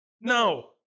No